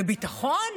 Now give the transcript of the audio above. בביטחון?